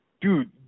Dude